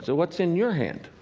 so what's in your hand?